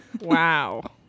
wow